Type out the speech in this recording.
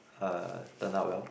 uh turn out well